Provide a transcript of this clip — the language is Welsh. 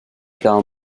gal